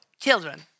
children